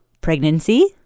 Pregnancy